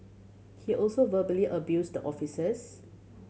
he also verbally abused the officers